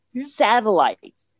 Satellite